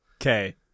Okay